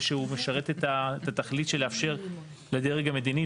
ושהוא משרת את התכלית של לאפשר לדרג המדיני,